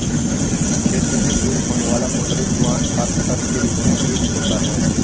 खेती में प्रयुक्त होने वाला मोटरयुक्त वाहन फार्म ट्रक के रूप में प्रयुक्त होता है